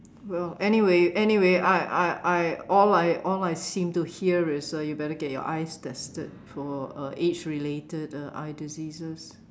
well anyway anyway I I I all I all I seem to hear is uh you better get your eyes tested for uh age related eye diseases